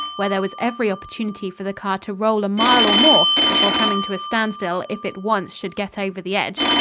where there was every opportunity for the car to roll a mile or more before coming to a standstill if it once should get over the edge.